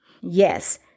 Yes